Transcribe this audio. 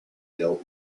dealt